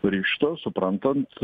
ryžto suprantant